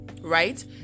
Right